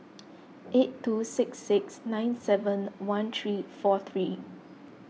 eight two six six nine seven one three four three